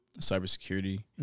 cybersecurity